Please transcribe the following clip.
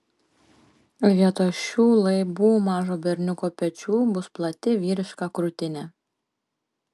vietoj šių laibų mažo berniuko pečių bus plati vyriška krūtinė